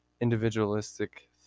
individualistic